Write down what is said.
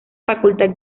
facultad